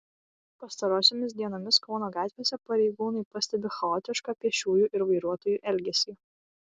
pastarosiomis dienomis kauno gatvėse pareigūnai pastebi chaotišką pėsčiųjų ir vairuotojų elgesį